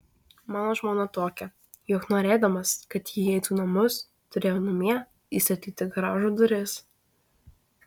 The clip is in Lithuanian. mano žmona tokia jog norėdamas kad ji įeitų į namus turėjau namie įstatyti garažo duris